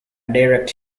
direct